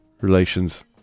relations